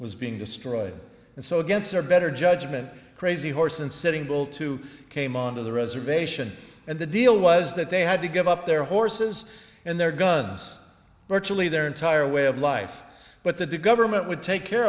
was being destroyed and so against their better judgment crazy horse and sitting bull too came on to the reservation and the deal was that they had to give up their horses and their guns virtually their entire way of life but that the government would take care